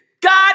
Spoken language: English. God